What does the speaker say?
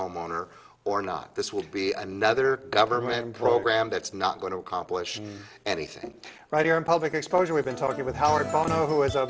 homeowner or not this will be another government program that's not going to accomplish anything right here in public exposure we've been talking with howard bono who is a